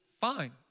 fine